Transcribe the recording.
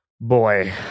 Boy